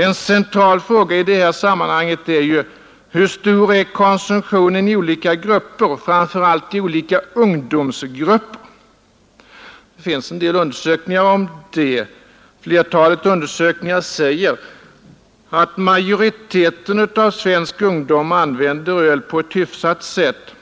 En central fråga i detta sammanhang är: Hur stor är konsumtionen i olika grupper, framför allt i olika ungdomsgrupper? Det finns en del undersökningar om det. Flertalet undersökningar säger att majoriteten av svensk ungdom använder öl på ett hyfsat sätt